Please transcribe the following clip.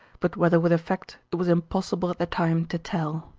but whether with effect it was impossible at the time to tell.